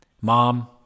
Mom